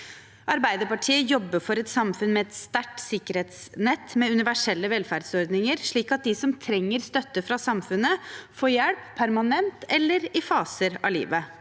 Arbeiderpartiet jobber for et samfunn med et sterkt sikkerhetsnett med universelle velferdsordninger, slik at de som trenger støtte fra samfunnet, får hjelp, permanent eller i faser av livet.